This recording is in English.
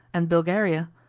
and bulgaria,